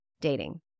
dating